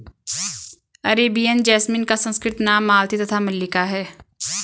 Arabian jasmine का संस्कृत नाम मालती तथा मल्लिका है